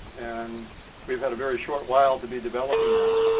and we've had a very short while to be developing them.